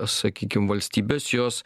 sakykim valstybės jos